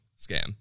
scam